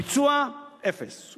הביצוע, אפס.